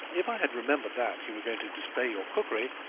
if i had remembered that you were going to display your cookery,